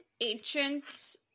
ancient